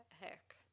heck